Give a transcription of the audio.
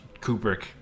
Kubrick